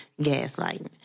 gaslighting